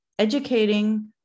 educating